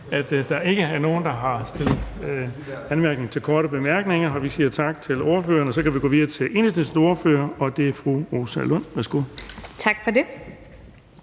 at der ikke er nogen, der har anmærkninger til korte bemærkninger, og vi siger tak til ordføreren. Så kan vi gå videre til Enhedslistens ordfører, og det er fru Rosa Lund. Værsgo. Kl.